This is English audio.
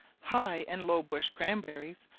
high and low-bush cranberries,